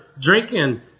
drinking